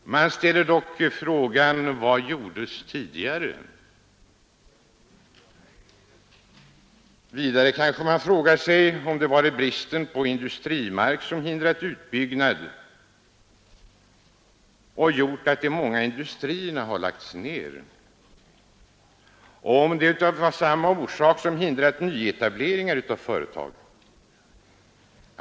Man ställer sig dock frågan: Vad gjordes tidigare? Vidare kanske man frågar sig om det varit bristen på industrimark som hindrat utbyggnaden och gjort att de många industrierna har lagts ned och om det varit samma orsak som hindrat nyetableringar av företag.